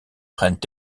prennent